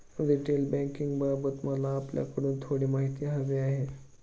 retail बँकिंगबाबत मला आपल्याकडून थोडी माहिती हवी आहे